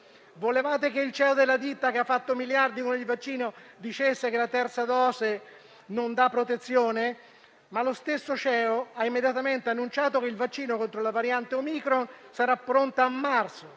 Volevate che il CEO della ditta che ha fatto miliardi con il vaccino dicesse che la terza dose non dà protezione? Lo stesso CEO ha immediatamente annunciato che il vaccino contro la variante omicron sarà pronto a marzo,